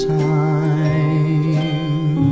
time